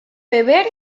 beber